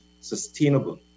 sustainable